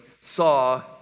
saw